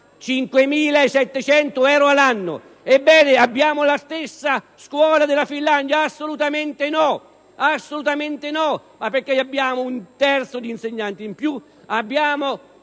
5.700 euro all'anno. Ebbene, abbiamo la stessa scuola della Finlandia? Assolutamente no, perché abbiamo un terzo di insegnanti in più e